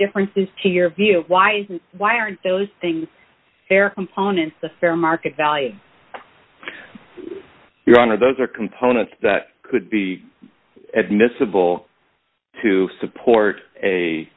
differences to your view of why why aren't those things fair components the fair market value your honor those are components that could be admissible to support a